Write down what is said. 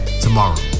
tomorrow